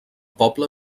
poble